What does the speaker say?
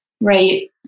right